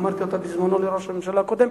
אמרתי אותה בזמנו לראש הממשלה הקודם,